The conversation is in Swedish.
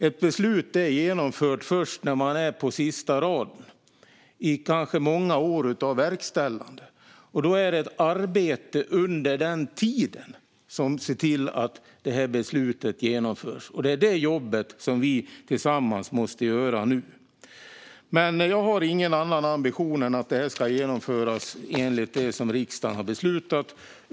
Ett beslut är genomfört först när man är på sista raden, i kanske många år av verkställande. Det är ett arbete under den tiden där man ser till att beslutet genomförs, och det är det jobbet som vi tillsammans nu måste göra. Men jag har ingen annan ambition än att detta ska genomföras enligt det som riksdagen har beslutat.